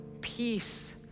peace